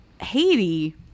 Haiti